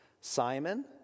Simon